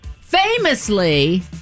famously